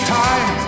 time